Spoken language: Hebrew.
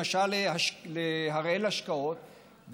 למשל להראל השקעות,